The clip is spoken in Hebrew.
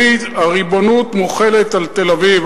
הריבונות מוחלת על תל-אביב,